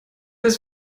ist